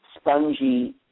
spongy